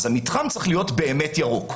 אז המתחם צריך להיות באמת ירוק.